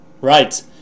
right